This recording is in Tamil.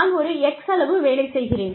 நான் ஒரு x அளவு வேலை செய்கிறேன்